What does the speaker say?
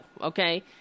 okay